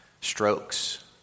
strokes